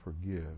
forgive